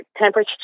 temperature